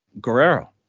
Guerrero